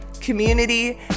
community